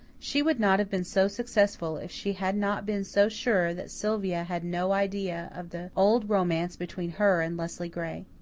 she would not have been so successful if she had not been so sure that sylvia had no idea of the old romance between her and leslie gray.